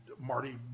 Marty